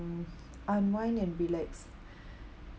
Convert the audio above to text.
unwind and relax